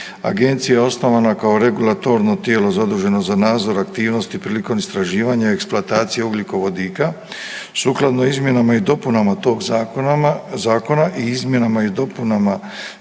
Agencija je osnovana kao regulatorno tijelo zaduženo za nadzor aktivnosti prilikom istraživanja i eksploatacije ugljikovodika sukladno izmjenama i dopunama tog zakona i izmjenama i dopunama